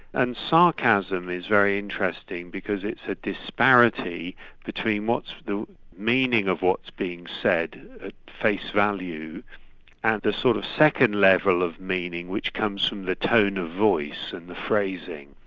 and sarcasm is very interesting because it's a disparity between what's the meaning of what's being said at face value and the sort of second level of meaning which comes from the tone of voice and the phrasing.